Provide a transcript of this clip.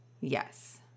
Yes